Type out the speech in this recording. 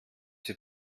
die